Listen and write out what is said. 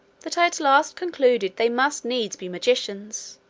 that i at last concluded they must needs be magicians,